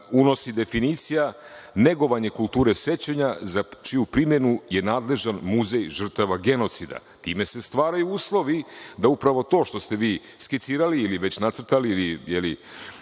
unosi definicija – negovanje kulture sećanja za čiju primenu je nadležan muzej žrtava genocida. Time se stvaraju uslovi da upravo to što ste vi skicirali ili već nacrtali